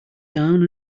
down